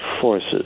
forces